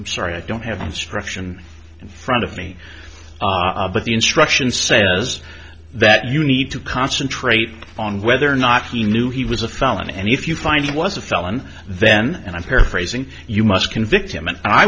i'm sorry i don't have the instruction in front of me but the instruction says that you need to concentrate on whether or not he knew he was a felon and if you find he was a felon then and i'm paraphrasing you must convict him and i